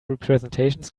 representations